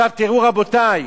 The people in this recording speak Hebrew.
תראו, רבותי,